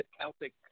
Celtic